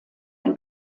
ein